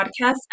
podcast